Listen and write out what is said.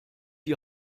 die